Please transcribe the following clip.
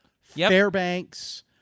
Fairbanks